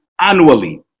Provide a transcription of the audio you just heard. annually